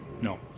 No